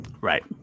Right